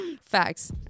Facts